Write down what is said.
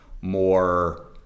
more